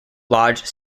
lodge